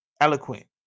eloquent